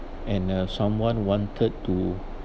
and uh someone wanted to